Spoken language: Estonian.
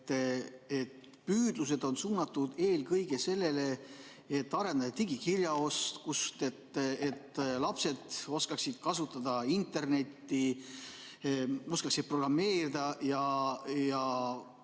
püüdlused on suunatud eelkõige sellele, et arendada digikirjaoskust, et lapsed oskaksid kasutada internetti, oskaksid programmeerida. On küll